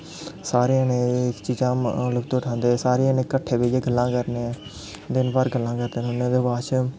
सारे जने एह् चीजां दा लुफ्त उठांदे सारे जने किट्ठे बेहियै गल्लां करने दिन भर गल्लां करदे रौह्ने होन्ने ओह्दे बाद च